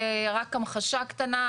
רק המחשה קטנה,